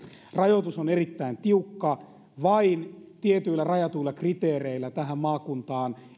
rajoitus on erittäin tiukka vain tietyillä rajatuilla kriteereillä tähän maakuntaan